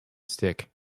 stick